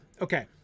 okay